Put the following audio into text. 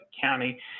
County